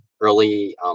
early